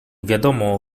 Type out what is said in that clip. wiadomo